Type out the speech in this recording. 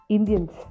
Indians